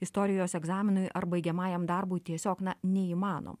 istorijos egzaminui ar baigiamajam darbui tiesiog na neįmanoma